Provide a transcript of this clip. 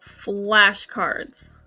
flashcards